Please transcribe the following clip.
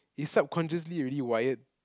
is subconsciously you're already wired